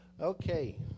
Okay